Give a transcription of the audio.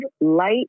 light